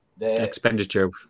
expenditure